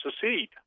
secede